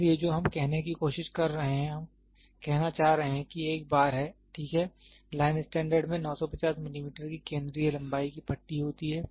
इसलिए जो हम कहने की कोशिश कर रहे हैं हम कहना चाह रहे हैं कि एक बार है ठीक है लाइन स्टैंडर्ड में 950 मिलीमीटर की केंद्रीय लंबाई की पट्टी होती है